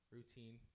Routine